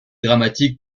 dramatique